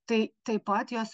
tai taip pat jos